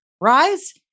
rise